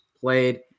played